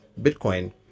Bitcoin